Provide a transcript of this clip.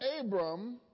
Abram